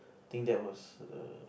think that was